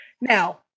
now